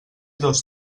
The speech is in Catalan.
dos